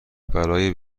برای